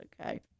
Okay